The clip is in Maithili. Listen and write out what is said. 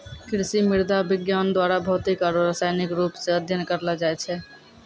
कृषि मृदा विज्ञान द्वारा भौतिक आरु रसायनिक रुप से अध्ययन करलो जाय छै